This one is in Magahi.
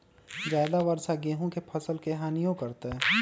ज्यादा वर्षा गेंहू के फसल के हानियों करतै?